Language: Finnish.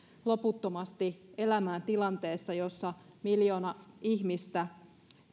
loputtomasti elämään tilanteessa jossa miljoona ihmistä